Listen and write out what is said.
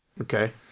Okay